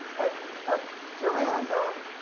and um joanne though,